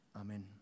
amen